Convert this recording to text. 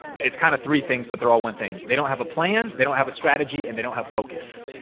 it's kinda three things, but they're all one thing. they don't have a plan, they don't have a strategy and they don't have focus.